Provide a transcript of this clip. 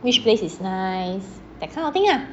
which place is nice that kind of thing ah